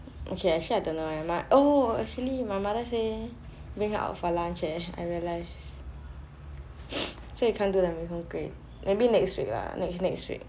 okay actually I don't know eh my oh actually my mother say bring her out for lunch eh I realise so you can't do the mee hoon kway maybe next week lah next week